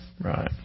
Right